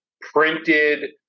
printed